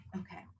Okay